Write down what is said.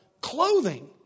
clothing